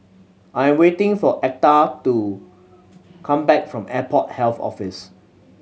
I am waiting for Etta to come back from Airport Health Office